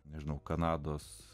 nežinau kanados